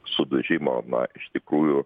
sudužimo na iš tikrųjų